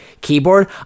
keyboard